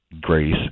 grace